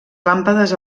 làmpades